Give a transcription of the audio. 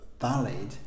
valid